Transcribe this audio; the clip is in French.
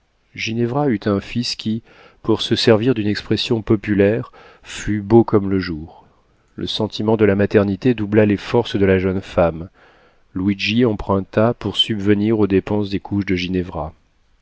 ginevra eut un fils qui pour se servir d'une expression populaire fut beau comme le jour le sentiment de la maternité doubla les forces de la jeune femme luigi emprunta pour subvenir aux dépenses des couches de ginevra